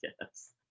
yes